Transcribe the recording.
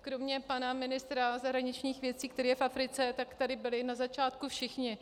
Kromě pana ministra zahraničních věcí, který je v Africe, tak tady byli na začátku všichni.